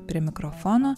prie mikrofono